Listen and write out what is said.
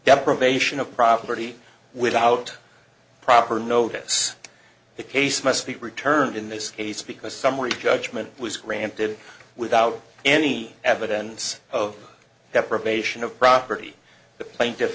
deprivation of property without proper notice the case must be returned in this case because summary judgment was granted without any evidence of deprivation of property the plaintiff